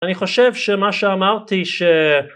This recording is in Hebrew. אני חושב שמה שאמרתי